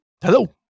Hello